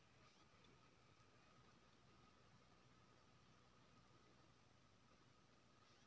coffee मे कैफीनक content बहुत रहलाक कारणेँ एकरा स्वास्थ्य लेल नीक नहि मानल जाइ छै